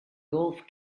golf